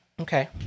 Okay